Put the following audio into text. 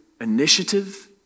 initiative